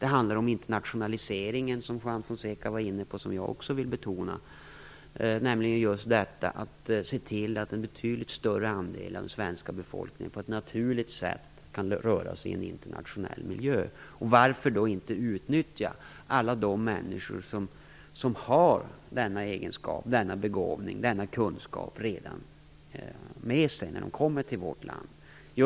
Det handlar om internationaliseringen, som Juan Fonseca var inne på och som jag också vill betona, nämligen just detta att se till att en betydligt större andel av den svenska befolkningen på ett naturligt sätt kan röra sig i en internationell miljö. Varför då inte utnyttja alla de människor som har denna egenskap, denna begåvning och denna kunskap med sig redan när de kommer till vårt land?